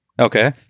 Okay